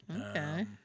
Okay